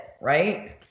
right